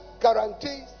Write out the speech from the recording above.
guarantees